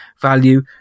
value